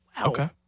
Okay